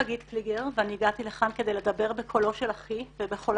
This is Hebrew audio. אני הגעתי לכאן כדי לדבר בקולו של אחי ובקולם